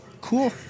cool